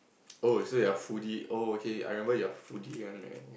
oh so you're foodie oh okay I remember you're foodie one right